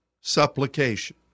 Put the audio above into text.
supplication